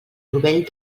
rovell